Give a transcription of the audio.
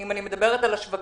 אם אני מדברת על השווקים,